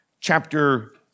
chapter